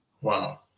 Wow